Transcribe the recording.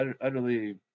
Utterly